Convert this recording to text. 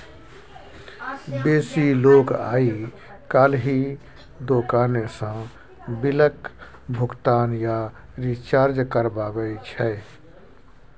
बेसी लोक आइ काल्हि दोकाने सँ बिलक भोगतान या रिचार्ज करबाबै छै